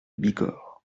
bigorre